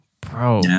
bro